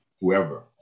whoever